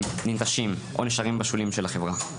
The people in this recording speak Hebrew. ננטשים, או נשארים בשוליים של החברה.